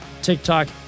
tiktok